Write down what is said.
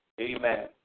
Amen